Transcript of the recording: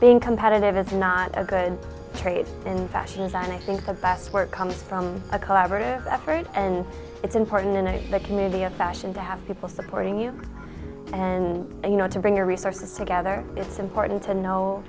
being competitive is not a good trade in fashion design i think the best work comes from a collaborative effort and it's important in a community of fashion to have people supporting you and you know to bring your resources together it's important to know